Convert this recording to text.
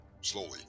slowly